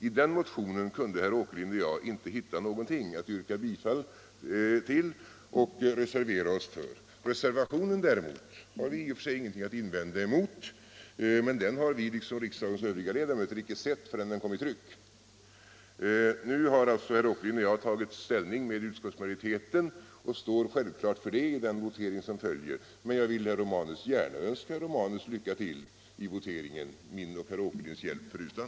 I den motionen kunde herr Åkerlind och jag inte hitta någonting att yrka bifall till och reservera oss för. Reservationen har vi i och för sig ingenting att invända mot. Men den har vi liksom riksdagens övriga ledamöter inte sett förrän den kom i tryck. Nu har alltså herr Åkerlind och jag tagit ställning för utskottsmajoritetens förslag och kommer självfallet att biträda det i den votering som följer. Men jag vill gärna önska herr Romanus lycka till i voteringen —- min och herr Åkerlinds hjälp förutan.